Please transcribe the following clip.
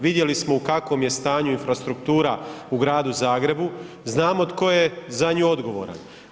Vidjeli smo u kakvom je stanju infrastruktura u Gradu Zagrebu, znamo tko je za nju odgovoran.